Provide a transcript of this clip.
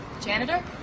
Janitor